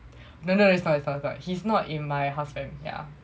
no no it's not it's not he's not in my house fam yeah